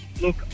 look